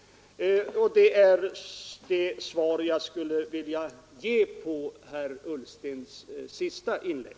Det är det svar jag skulle vilja ge herr Ullsten med anledning av hans senaste inlägg.